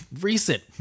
Recent